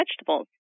vegetables